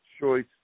choice